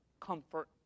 comfort